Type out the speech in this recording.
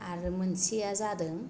आरो मोनसेया जादों